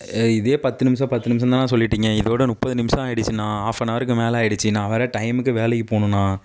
இதே பத்து நிமிடம் பத்து நிமிடம்னு தாண்ணா சொல்லிட்டிங்க இதோடு முப்பது நிமிடம் ஆகிடுச்சிண்ணா ஆஃப் அன் ஹவருக்கு மேல் ஆகிடுச்சி நான் வேறு டைமுக்கு வேலைக்கு போகணுண்ணா